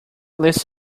list